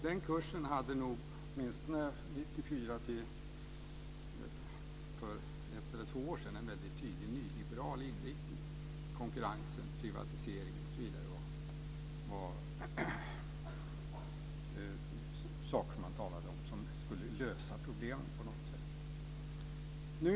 Den kursen hade nog, åtminstone från 1994 till för ett eller två år sedan, en mycket tydlig nyliberal inriktning. Konkurrens och privatisering var saker man talade om som skulle lösa problemen på något sätt.